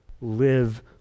live